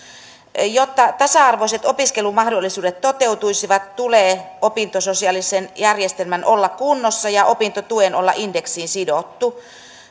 jotta tasa arvoiset opiskelumahdollisuudet toteutuisivat tulee opintososiaalisen järjestelmän olla kunnossa ja opintotuen olla indeksiin sidottu